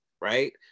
right